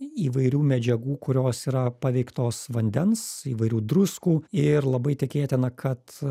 įvairių medžiagų kurios yra paveiktos vandens įvairių druskų ir labai tikėtina kad